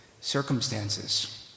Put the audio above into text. circumstances